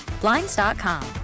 Blinds.com